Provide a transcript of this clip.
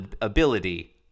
ability